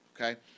okay